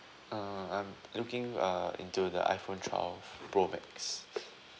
uh I'm looking uh into the iPhone twelve pro max